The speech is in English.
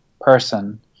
person